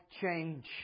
change